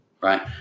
right